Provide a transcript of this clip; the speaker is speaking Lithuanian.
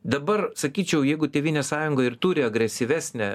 dabar sakyčiau jeigu tėvynės sąjunga ir turi agresyvesnę